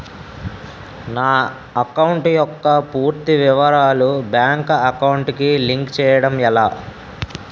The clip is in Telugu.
నా అకౌంట్ యెక్క పూర్తి వివరాలు బ్యాంక్ అకౌంట్ కి లింక్ చేయడం ఎలా?